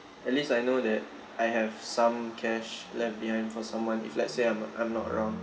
at least I know that I have some cash left behind for someone if let's say I'm not I'm not around